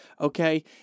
okay